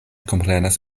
komprenas